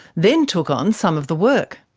then took on some of the work,